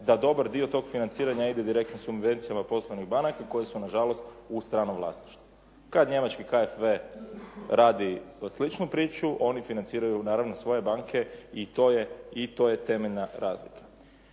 da dobar dio tog financiranja ide direktno subvencijama poslovnih banaka koje su na žalost u stranom vlasništvu. Kada Njemački KFV radi sličnu priču, oni financiraju naravno svoje banke i to je temeljna razlika.